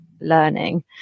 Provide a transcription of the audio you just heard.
learning